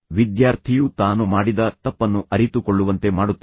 ವಿದ್ಯಾರ್ಥಿಯು ತಾನು ಮಾಡಿದ ತಪ್ಪನ್ನು ಅರಿತುಕೊಳ್ಳುವಂತೆ ಮಾಡುತ್ತೇನೆ